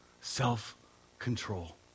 Self-control